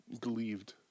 believed